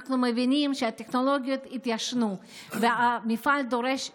אנחנו מבינים שהטכנולוגיות התיישנו והמפעל דורש שינוי,